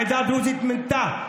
העדה הדרוזית מנתה,